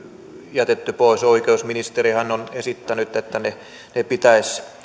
jätetty pois oikeusministerihän on esittänyt että ne pitäisi